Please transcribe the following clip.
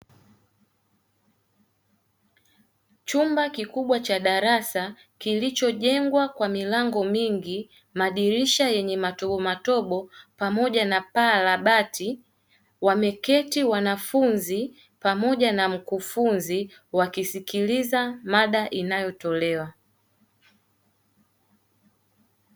Chumba kikubwa cha darasa kilichojengwa kwa milango mingi, madirisha yenye matobomatobo, pamoja na paa la bati, wameketi wanafunzi pamoja na mkufunzi, wakisikiliza mada inayotolewa.